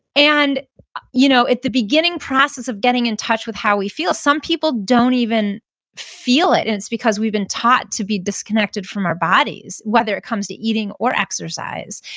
and you know at the beginning process of getting in touch with how we feel, some people don't even feel it, and it's because we've been taught to be disconnected from our bodies, whether it comes to eating or exercise.